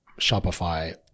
Shopify